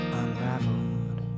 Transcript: unraveled